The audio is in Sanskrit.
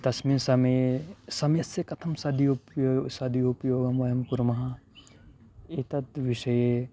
तस्मिन्समये समयस्य कथं सदुपयोगं सदुपयोगं वयं कुर्मः एतद्विषये